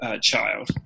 child